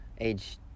age